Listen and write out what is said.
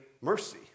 Mercy